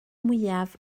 mwyaf